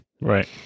Right